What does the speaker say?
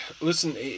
listen